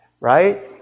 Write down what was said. right